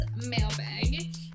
mailbag